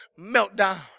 meltdown